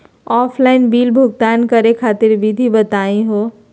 Offline bill भुगतान करे खातिर विधि बताही हो?